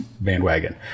bandwagon